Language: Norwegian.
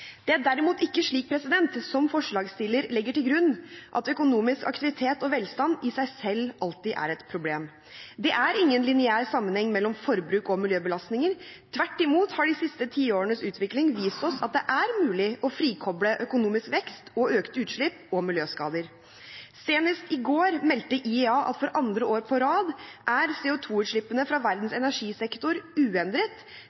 Det er derimot ikke slik som forslagsstilleren legger til grunn, at økonomisk aktivitet og velstand i seg selv alltid er et problem. Det er ingen lineær sammenheng mellom forbruk og miljøbelastninger, tvert imot har de siste tiårenes utvikling vist oss at det er mulig å frikoble økonomisk vekst og økte utslipp og miljøskader. Senest i går meldte IEA at for andre år på rad er CO2-utslippene fra